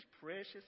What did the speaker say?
precious